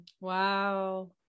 wow